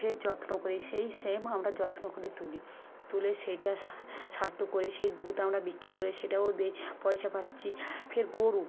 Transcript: ফের যত্ন করি সেই সেম আমরা যত্ন করে তুলি তুলে সেইটা স্বার্থ করে সেই দুধ আমরা বিক্রি করে সেটাও পয়সা পাচ্ছি ফের গরু